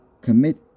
Commit